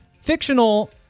fictional